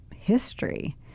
History